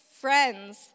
friends